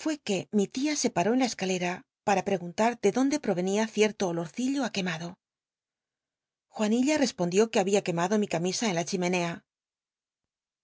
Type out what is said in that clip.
fué que mi tia se paró en la escalcia pma prcguntm de dónde wovcnia cicl'lo olo cillo á quemado jnanilla respondió c ue babia quemado mi camisa en la chimenea